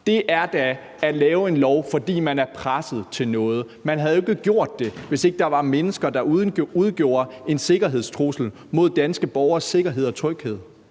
er da at lave en lov, fordi man er presset til noget. Man havde jo ikke gjort det, hvis ikke der var mennesker, der udgjorde en sikkerhedstrussel mod danske borgeres sikkerhed og tryghed.